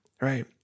Right